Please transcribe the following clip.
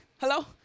Hello